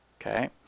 Okay